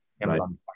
Amazon